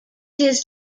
his